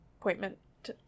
appointment